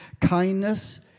kindness